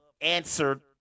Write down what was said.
answered